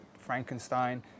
Frankenstein